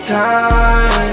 time